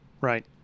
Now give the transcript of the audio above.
Right